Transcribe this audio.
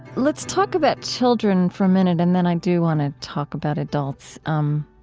let's talk about children for a minute and then i do want to talk about adults. um,